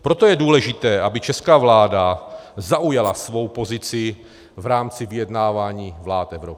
Proto je důležité, aby česká vláda zaujala svou pozici v rámci vyjednávání vlád Evropy.